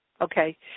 Okay